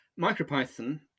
MicroPython